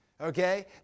Okay